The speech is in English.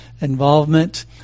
involvement